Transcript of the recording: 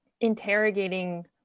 interrogating